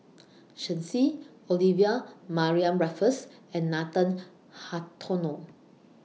Shen Xi Olivia Mariamne Raffles and Nathan Hartono